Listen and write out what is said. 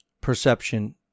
perception